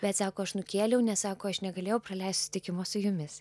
bet sako aš nukėliau nes sako aš negalėjau praleisti susitikimo su jumis